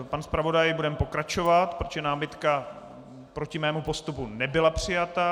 Pane zpravodaji, budeme pokračovat, protože námitka proti mému postupu nebyla přijata.